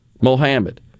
Mohammed